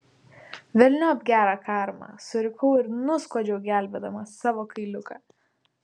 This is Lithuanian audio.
velniop gerą karmą surikau ir nuskuodžiau gelbėdama savo kailiuką